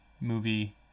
movie